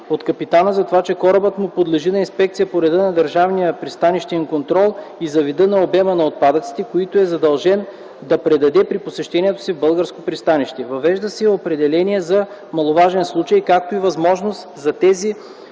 от капитана за това, че корабът му подлежи на инспекция по реда на държавния пристанищен контрол и за вида и обема на отпадъците, които е задължен да предаде при посещението си в българско пристанище. Въвежда се и определение за „маловажен случай”, както и възможност в тези